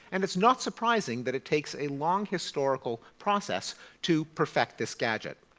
and it's not surprising that it takes a long historical process to perfect this gadget.